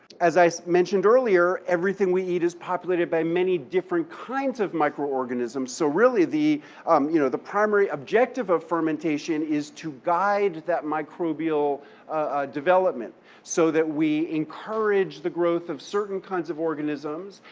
as i mentioned earlier, everything we eat is populated by many different kinds of microorganisms, so really, the um you know the primary objective of fermentation is to guide that microbial development so that we encourage the growth of certain kinds of organisms,